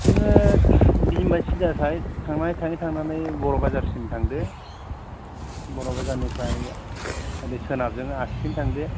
नोङो गिदिंबा सिदा साइद थांनानै थाङै थांनानै नोङो बर' बाजारसिम थांदो बर' बाजारनिफ्राइ ओरै सोनाबजों आखिथिं थांदो